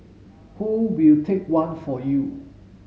who will take one for you